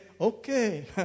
okay